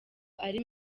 ari